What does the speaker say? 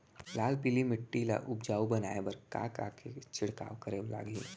लाल पीली माटी ला उपजाऊ बनाए बर का का के छिड़काव करे बर लागही?